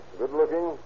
good-looking